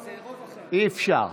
אי-אפשר.